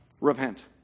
repent